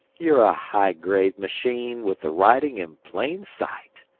you're a high-grade machine, with the writing in plain sight,